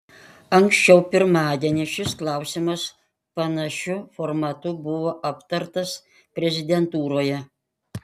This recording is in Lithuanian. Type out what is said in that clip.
anksčiau pirmadienį šis klausimas panašiu formatu buvo aptartas prezidentūroje